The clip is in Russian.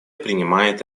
принимает